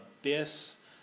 abyss